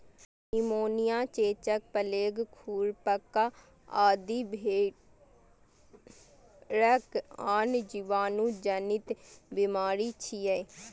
pneumonia, चेचक, plague, खुरपका आदि भेड़क आन जीवाणु जनित बीमारी छियै